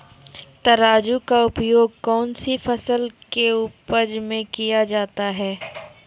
तराजू का उपयोग कौन सी फसल के उपज में किया जाता है?